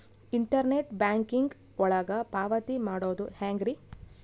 Internet banking ಒಳಗ ಪಾವತಿ ಮಾಡೋದು ಹೆಂಗ್ರಿ?